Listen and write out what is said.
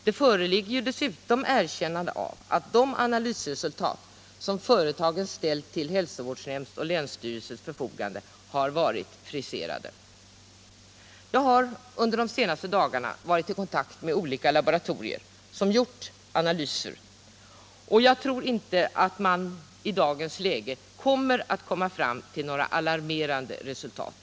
Det föreligger dessutom erkännande av att de 51 analysresultat som företagen ställt till hälsovårdsnämnds och länsstyrelses förfogande har varit friserade. Jag har under de senaste dagarna varit i kontakt med olika laboratorier som gjort analyser, och jag tror inte att man i dagens läge kommer fram till några alarmerande resultat.